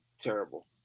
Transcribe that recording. Terrible